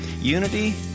Unity